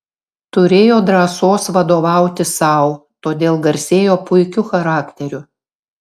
turėjo drąsos vadovauti sau todėl garsėjo puikiu charakteriu